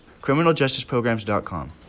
criminaljusticeprograms.com